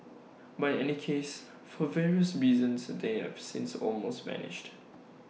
but in any case for various reasons they have since almost vanished